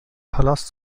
palast